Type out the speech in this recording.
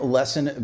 Lesson